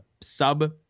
sub